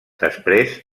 després